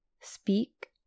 speak